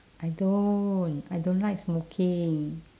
I don't I don't like smoking